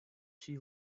she